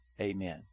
Amen